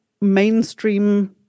mainstream